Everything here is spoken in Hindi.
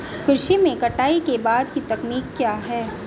कृषि में कटाई के बाद की तकनीक क्या है?